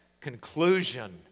conclusion